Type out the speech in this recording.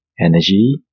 Energy